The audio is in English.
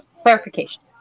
Clarification